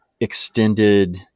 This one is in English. extended